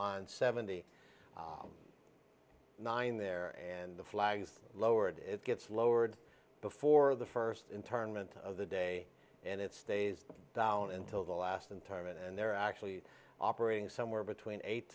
on seventy nine there and the flags lowered it gets lowered before the first internment of the day and it stays down until the last in time and they're actually operating somewhere between eight